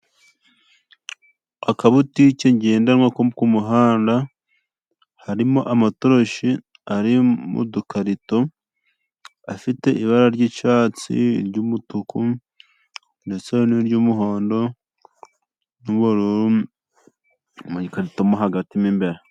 Akabutike ngendadanwa ku muhanda, harimo amatoroshi ari mu dukarito, afite ibara ry'icyatsi, ry'umutuku ndetse ni iry'umuhondo n'ubururu, nibikarito mo hagati mw'imbere.